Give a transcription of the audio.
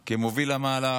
כמוביל המהלך,